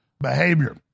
behavior